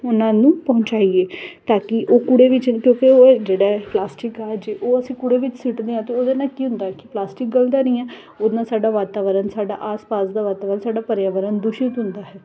ਉਹਨਾਂ ਨੂੰ ਪਹੁੰਚਾਈਏ ਤਾਂ ਕਿ ਉਹ ਕੂੜੇ ਵਿੱਚ ਕਿਉਂਕਿ ਉਹ ਜਿਹੜਾ ਪਲਾਸਟਿਕ ਆ ਜੇ ਉਹ ਅਸੀਂ ਪੂਰੇ ਵਿੱਚ ਸਿੱਟਦੇ ਹਾਂ ਅਤੇ ਉਹਦੇ ਨਾਲ ਕੀ ਹੁੰਦਾ ਕਿ ਪਲਾਸਟਿਕਲ ਗਲਦਾ ਨਹੀਂ ਹੈ ਉਹ ਨਾਲ ਸਾਡਾ ਵਾਤਾਵਰਨ ਸਾਡਾ ਆਸ ਪਾਸ ਦਾ ਵਾਤਾਵਰਨ ਸਾਡਾ ਪਰਿਆਵਰਨ ਦੂਸ਼ਿਤ ਹੁੰਦਾ ਹੈ